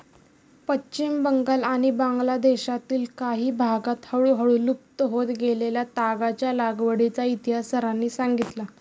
पश्चिम बंगाल आणि बांगलादेशातील काही भागांत हळूहळू लुप्त होत गेलेल्या तागाच्या लागवडीचा इतिहास सरांनी सांगितला